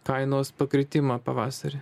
kainos pakritimą pavasarį